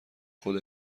خود